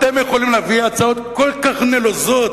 יכולים להביא הצעות כל כך נלוזות,